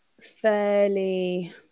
fairly